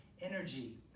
energy